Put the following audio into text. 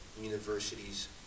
universities